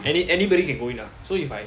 anybody anybody can go in ah so if I